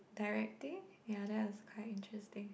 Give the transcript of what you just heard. directing ya that was quite interesting